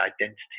identity